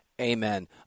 Amen